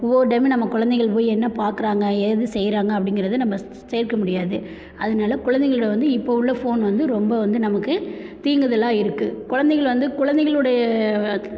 ஒவ்வொரு டைமும் நம்ம கொழந்தைங்கள் போய் என்ன பார்க்குறாங்க ஏது செய்கிறாங்க அப்படிங்கறத நம்ம முடியாது அதனால குழந்தைங்களோட வந்து இப்போ உள்ள ஃபோன் வந்து ரொம்ப வந்து நமக்கு தீங்குதல்லாக இருக்குது கொழந்தைங்கள் வந்து கொழந்தைகளுடைய